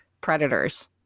predators